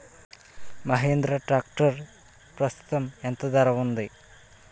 Mahindra tractor ప్రస్తుతం ఎంత ధర ఉంది?